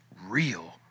real